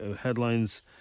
headlines